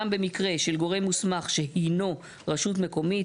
במקרה של גורם מוסמך שהינו רשות מקומית,